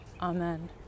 amen